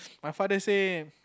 my father say